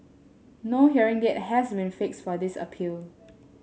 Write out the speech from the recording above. no hearing date has been fixed for this appeal